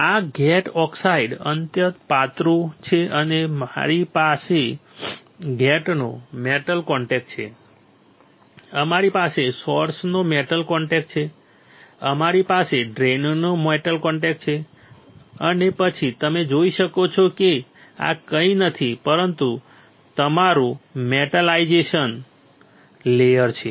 આ gate oxide અત્યંત પાતળો છે અને પછી અમારી પાસે ગેટનો મેટલ કોન્ટેક્ટ છે અમારી પાસે સોર્સનો મેટલ કોન્ટેક્ટ છે અમારી પાસે ડ્રેઇનનો મેટલ કોન્ટેક્ટ છે અને પછી તમે જોઈ શકો છો કે આ કંઈ નથી પરંતુ તમારું મેટાલાઈઝેશન લેયર છે